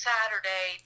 Saturday